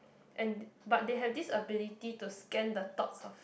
and but they have this ability to scan the thoughts of